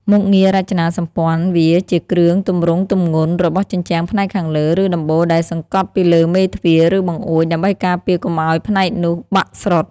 មុខងាររចនាសម្ព័ន្ធ វាជា គ្រឿងទម្រង់ទម្ងន់ របស់ជញ្ជាំងផ្នែកខាងលើ ឬដំបូលដែលសង្កត់ពីលើមេទ្វារ ឬបង្អួច ដើម្បីការពារកុំឱ្យផ្នែកនោះបាក់ស្រុត។